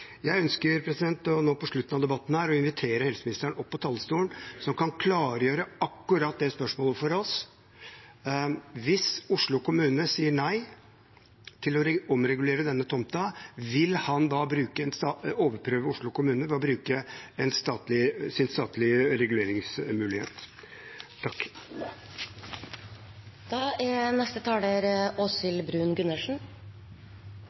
Jeg ønsker nå på slutten av debatten å invitere helseministeren opp på talerstolen, så han kan klargjøre akkurat det spørsmålet for oss. Hvis Oslo kommune sier nei til å omregulere denne tomten, vil han da overprøve Oslo kommune ved å bruke sin statlige reguleringsmulighet?